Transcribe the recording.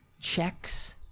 checks